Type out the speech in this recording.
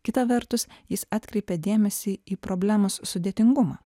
kita vertus jis atkreipė dėmesį į problemos sudėtingumą